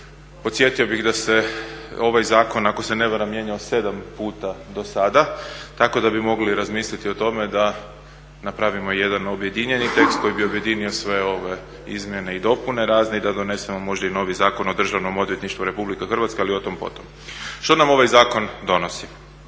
podsjetio bih da se ovaj zakon ako se ne varam mijenjao 7 puta dosada tako da bi mogli razmisliti o tome da napravimo jedan objedinjeni tekst koji bi objedinio sve ove izmjene i dopune razne i da donesemo možda i novi Zakon o Državnom odvjetništvu RH ali o tom potom. Što nam ovaj zakon donosi?